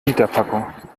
literpackung